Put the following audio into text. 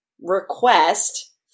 request